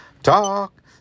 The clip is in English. Talk